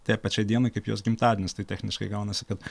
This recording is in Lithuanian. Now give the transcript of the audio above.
tai pačiai dienai kaip jos gimtadienis tai techniškai gaunasi kad